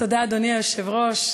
אדוני היושב-ראש,